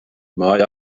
mae